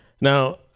Now